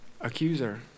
accuser